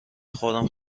خودم